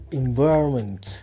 environment